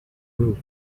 roof